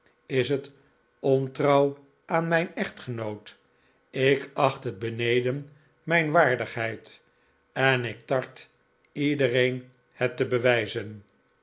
is het ontrouw aan mijn echtgenoot ik acht het beneden mijn waardigheid en ik tart iedereen het te bewijzen